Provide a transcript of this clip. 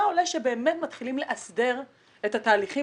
עולה שבאמת מתחילים להסדיר את התהליכים